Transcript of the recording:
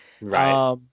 Right